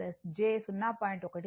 16 j0